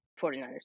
49ers